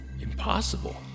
Impossible